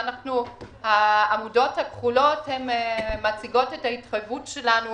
העמודות הכחולות מציגות את ההתחייבות שלנו